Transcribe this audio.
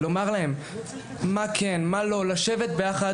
ולומר להם מה כן ומה לא; לשבת ביחד,